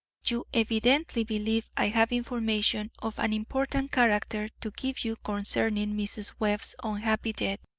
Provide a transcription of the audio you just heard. you evidently believe i have information of an important character to give you concerning mrs. webb's unhappy death.